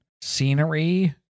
scenery